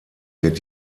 wird